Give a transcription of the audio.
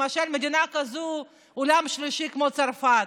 למשל, מדינה כזו של עולם שלישי, צרפת.